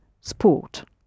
sport